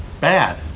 bad